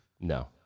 No